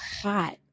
hot